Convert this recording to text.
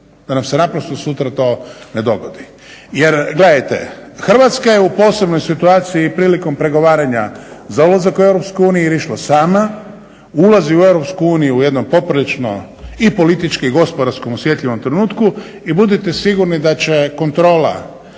Da nam se naprosto sutra to ne dogodi. Jer gledajte Hrvatska je u posebnoj situaciji i prilikom pregovaranja za ulazak u EU jer je išla sama, ulazi u EU u jednom poprilično i politički i gospodarski osjetljivom trenutku i budite sigurni da će kontrola